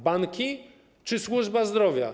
Banki czy służba zdrowia?